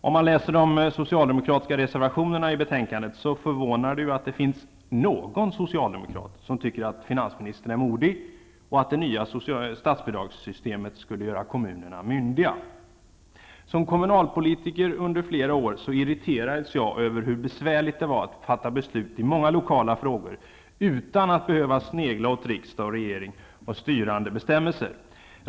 Om man läser de socialdemokratiska reservationerna till betänkandet, förvånar det ju att det finns någon socialdemokrat som tycker att finansministern är modig och att det nya statsbidragssystemet skulle göra kommunerna myndiga. Som kommunalpolitiker under flera år irriterades jag över hur besvärligt det var att fatta beslut i många lokala frågor utan att behöva snegla åt riksdag och regering och styrande bestämmelser.